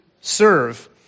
serve